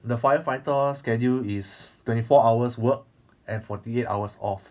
the firefighter schedule is twenty four hours work and forty eight hours off